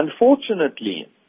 unfortunately